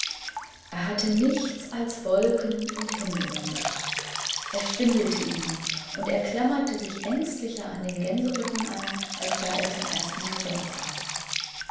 er hatte nichts als wolken und himmel um sich es schwindelte ihn und er klammerte sich ängstlicher an den gänserücken an als da er zum erstenmal dortsaß eswar